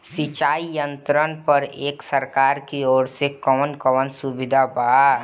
सिंचाई यंत्रन पर एक सरकार की ओर से कवन कवन सुविधा बा?